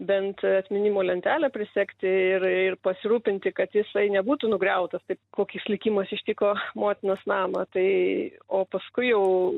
bent atminimo lentelę prisegti ir ir pasirūpinti kad jisai nebūtų nugriautas taip kokis likimas ištiko motinos namą tai o paskui jau